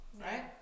Right